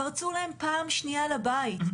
פרצו להם פעם שנייה לבית,